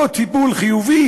לא טיפול חיובי